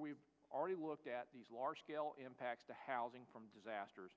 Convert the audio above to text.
we've already looked at these large scale impacts to housing from disasters